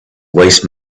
waste